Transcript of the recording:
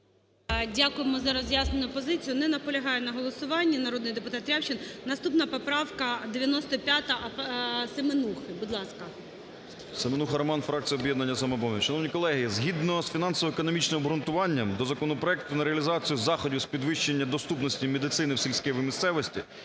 Дякуємо за роз'яснену позицію. Не наполягає на голосуванні народний депутат Рябчин. Наступна поправка 95 Семенухи, будь ласка. 16:21:08 СЕМЕНУХА Р.С. Семенуха Роман, фракція "Об'єднання "Самопоміч". Шановні колеги, згідно з фінансово-економічним обґрунтуванням до законопроекту на реалізацію заходів з підвищення доступності медицини в сільській місцевості